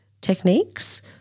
techniques